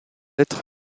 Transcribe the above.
être